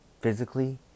physically